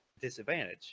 disadvantage